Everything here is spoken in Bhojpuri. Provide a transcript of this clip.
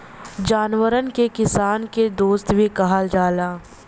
जानवरन के किसान क दोस्त भी कहल जाला